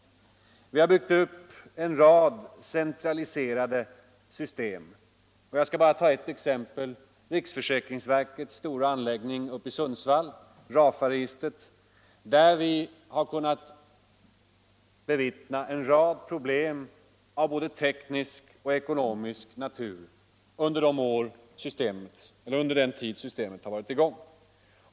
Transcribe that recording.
Vi har byggt ut en rad centraliserade system. Jag skall bara ta ett exempel, nämligen riksförsäkringsverkets stora anläggning i Sundsvall, RAFA-registret, där vi har kunnat bevittna en rad problem av både teknisk och ekonomisk natur under den tid systemet har varit i gång.